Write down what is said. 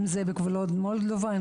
אם זה בגבולות מולדובה,